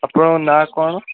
ଆପଣଙ୍କ ନାଁ କ'ଣ